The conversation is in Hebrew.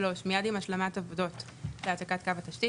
מיד עם השלמת עבודות להעתקת התשתית,